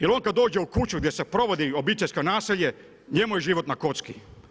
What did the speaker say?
Jer on kada dođe u kuću gdje se provodi obiteljsko nasilje njemu je život na kocki.